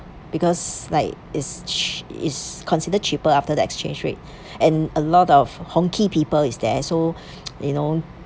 because like it's ch~ is consider cheaper after the exchange rate and a lot of hongkie people are there so you know